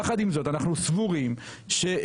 יחד עם זאת אנחנו סבורים שבנסיבות